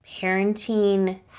parenting